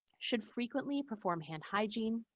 should frequently perform hand hygiene,